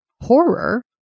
horror